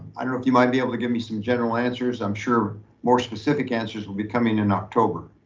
i don't know if you might be able to give me some general answers. i'm sure more specific answers will be coming in october.